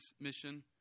mission